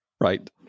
right